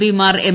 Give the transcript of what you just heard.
P മാർ M